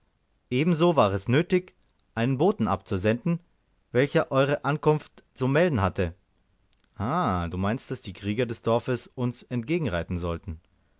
ebenso war es nötig einen boten abzusenden welcher eure ankunft zu melden hatte ah du meinst daß die krieger des dorfes uns entgegenreiten sollten